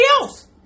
else